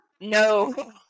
No